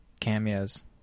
cameos